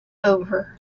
over